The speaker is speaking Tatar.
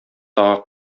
тагы